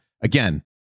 Again